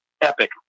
epic